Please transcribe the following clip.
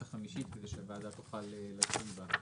החמישית כדי שהוועדה תוכל לדון בה.